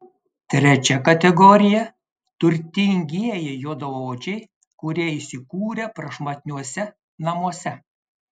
trečia kategorija turtingieji juodaodžiai kurie įsikūrę prašmatniuose namuose